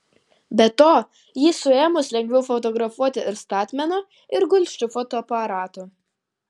be to jį suėmus lengviau fotografuoti ir statmenu ir gulsčiu fotoaparatu